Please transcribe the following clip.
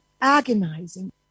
agonizing